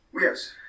Yes